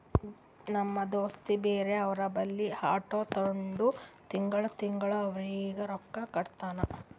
ನಮ್ ದೋಸ್ತ ಬ್ಯಾರೆ ಅವ್ರ ಬಲ್ಲಿ ಆಟೋ ತೊಂಡಿ ತಿಂಗಳಾ ತಿಂಗಳಾ ಅವ್ರಿಗ್ ರೊಕ್ಕಾ ಕೊಡ್ತಾನ್